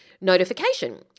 notification